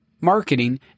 marketing